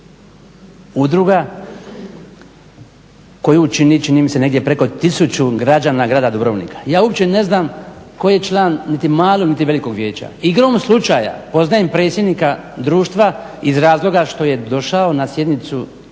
udruga koju čini, čini mi se preko 1000 građana grada Dubrovnika. Ja uopće ne znam tko je član niti Malog niti Velikog vijeća. Igrom slučaja poznajem predsjednika društva iz razloga što je došao na sjednicu Odbora